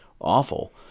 awful